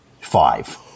five